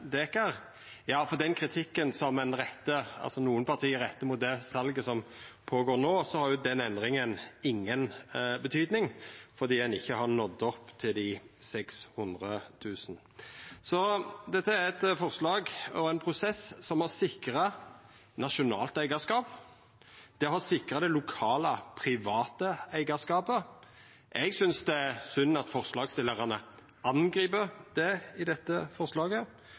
Ja, for den kritikken som nokre parti rettar mot det salet som føregår no, har jo den endringa inga betydning, fordi ein ikkje har nådd opp til dei 600 000. Dette er eit forslag og ein prosess som har sikra nasjonalt eigarskap, det har sikra det lokale private eigarskapet – eg synest det er synd at forslagsstillarane angrip det i dette forslaget